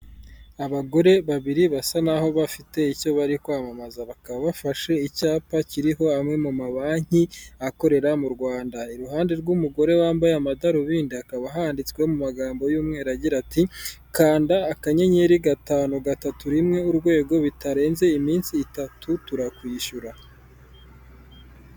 Abagore babiri basa naho bafite icyo bari kwamamaza, bakaba bafashe icyapa kiriho amwe mu mabanki akorera mu Rwanda, iruhande rw'umugore wambaye amadarubindi hakaba handitswe mu magambo y'umweru agira ati:" Kanda akanyenyeri, gatanu, gatatu, rimwe urwego bitarenze iminsi itatu turakwishyura."